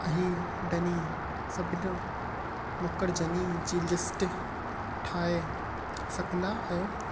अहिड़नि सभिनी मर्कज़नि जी लिस्ट ठाहे सघंदा आहियो